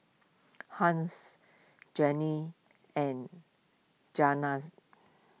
Hans Janine and